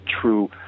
true